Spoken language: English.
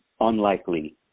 unlikely